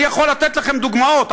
אני יכול לתת לכם דוגמאות,